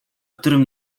którym